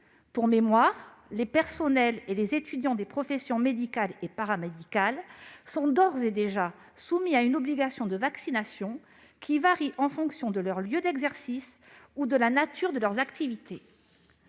Pour mémoire, les personnels et les étudiants des professions médicales et paramédicales sont d'ores et déjà soumis à une obligation de vaccination qui varie en fonction de leur lieu d'exercice et de la nature de leurs activités.